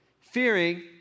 fearing